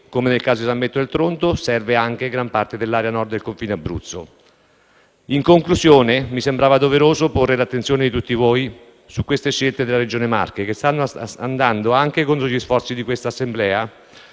come nel caso di San Benedetto del Tronto, serve anche gran parte dell'area Nord del confinante Abruzzo? In conclusione, mi sembrava doveroso porre l'attenzione di tutti voi su queste scelte della Regione Marche, che stanno andando anche contro gli sforzi che questa Assemblea